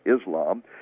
Islam